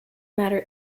matter